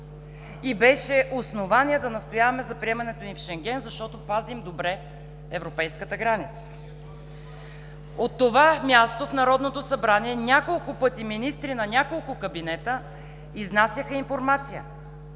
и беше основание да настояваме за приемането ни в Шенген, защото пазим добре европейската граница. От това място в Народното събрание няколко пъти министри на няколко кабинета изнасяха информация